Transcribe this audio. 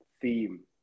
theme